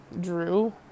Drew